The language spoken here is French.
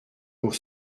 pour